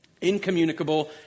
incommunicable